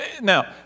Now